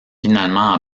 finalement